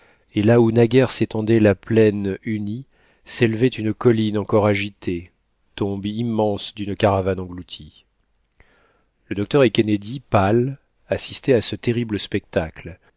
et là où naguère s'étendait la plaine unie s'élevait une colline encore agitée tombe immense d'une caravane engloutie le docteur et kennedy pales assistaient à ce terrible spectacle